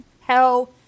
Hell